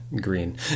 green